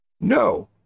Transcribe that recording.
No